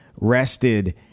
rested